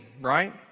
right